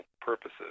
purposes